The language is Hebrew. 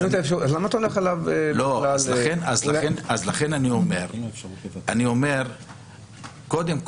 לכן אני אומר: קודם כול,